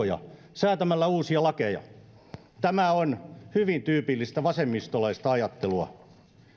ja pakkoa säätämällä uusia lakeja tämä on hyvin tyypillistä vasemmistolaista ajattelua